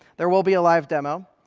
there will be a live demo.